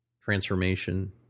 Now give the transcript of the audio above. transformation